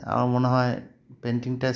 আমার মনে হয় পেইন্টিংটা